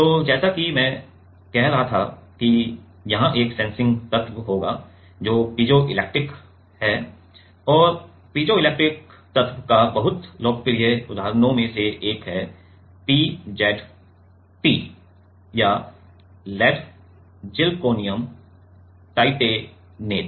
तो जैसा कि मैं कह रहा था कि यहाँ एक सेंसिंग तत्व होगा जो पीजोइलेक्ट्रिक है और पीजोइलेक्ट्रिक तत्व का बहुत लोकप्रिय उदाहरणों में से एक है PZT या लेड जिरकोनियम टाइटेनेट